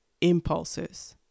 impulses